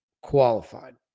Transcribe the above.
qualified